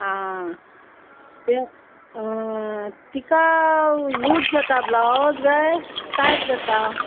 आं तें तिका लूज जाता ब्लावज काय टायट जाता